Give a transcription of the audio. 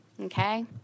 okay